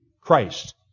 Christ